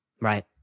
Right